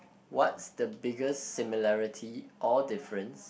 what's the biggest similarity or difference